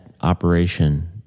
operation